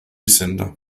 center